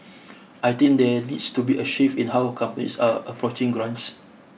I think there needs to be a shift in how companies are approaching grants